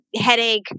headache